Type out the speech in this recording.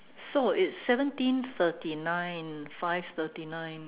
so it's seventeen thirty nine five thirty nine